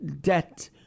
debt